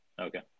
Okay